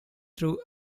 through